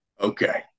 Okay